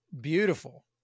Beautiful